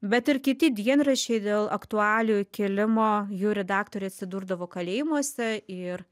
bet ir kiti dienraščiai dėl aktualijų kėlimo jų redaktoriai atsidurdavo kalėjimuose ir